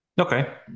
Okay